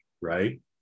right